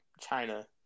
China